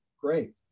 Great